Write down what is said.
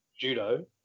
judo